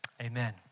amen